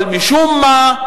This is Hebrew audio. אבל משום מה,